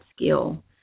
skill